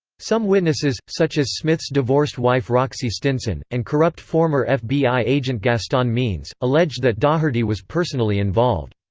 some witnesses, such as smith's divorced wife roxy stinson, and corrupt former fbi agent gaston means, alleged that daugherty was personally involved.